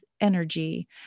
energy